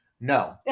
No